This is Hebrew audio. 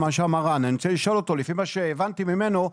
אני רוצה לשאול אותו לפי מה שהבנתי ממנו,